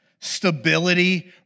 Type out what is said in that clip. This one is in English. stability